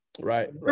Right